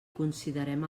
considerem